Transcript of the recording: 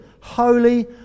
holy